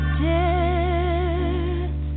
death